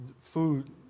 food